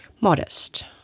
modest